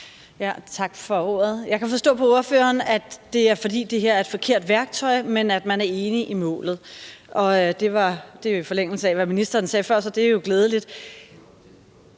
Tak for ordet. Jeg kan forstå på ordføreren, at det er, fordi det her er et forkert værktøj, men at man er enig i målet. Det er jo i forlængelse af, hvad ministeren sagde før, så det er glædeligt.